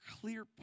clear